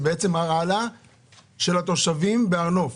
זה בעצם הרעלה של התושבים בהר נוף.